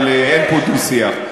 אבל אין פה דו-שיח.